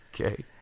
Okay